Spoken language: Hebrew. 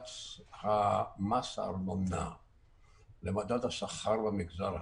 מס הארנונה למדד השכר במגזר הציבורי,